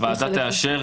הוועדה תאשר,